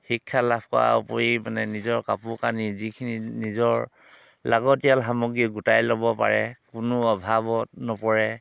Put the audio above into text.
শিক্ষা লাভ কৰাৰ উপৰি মানে নিজৰ কাপোৰ কানি যিখিনি নিজৰ লাগতীয়াল সামগ্ৰী গোটাই ল'ব পাৰে কোনো অভাৱত নপৰে